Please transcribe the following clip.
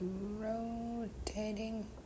rotating